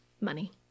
money